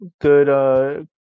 good